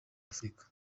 afurika